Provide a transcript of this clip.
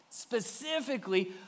specifically